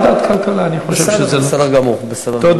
ועדת, ועדת כלכלה, אני חושב שזה, בסדר, בסדר גמור.